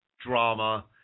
drama